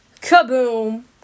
Kaboom